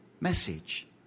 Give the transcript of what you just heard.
message